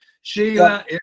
Sheila